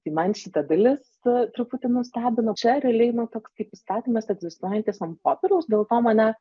tai man šita dalis truputį nustebino čia realiai na toks kaip įstatymas egzistuojantis ant popieriaus dėl to mane